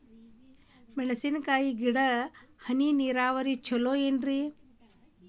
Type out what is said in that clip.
ಮೆಣಸಿನ ಗಿಡಕ್ಕ ಹನಿ ನೇರಾವರಿ ಛಲೋ ಏನ್ರಿ?